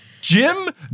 Jim